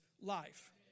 life